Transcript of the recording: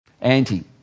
Anti